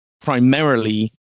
primarily